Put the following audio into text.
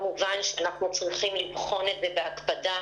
כמובן שאנחנו צריכים לבחון את זה בהקפדה,